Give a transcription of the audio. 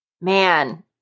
Man